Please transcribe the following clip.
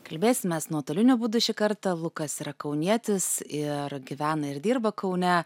kalbėsimės nuotoliniu būdu šį kartą lukas yra kaunietis ir gyvena ir dirba kaune